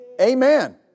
Amen